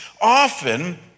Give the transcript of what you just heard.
often